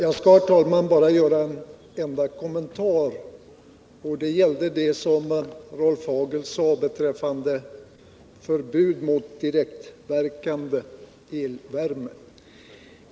Herr talman! Jag skall bara något kommentera vad Rolf Hagel sade om förbud mot direktverkande elvärme.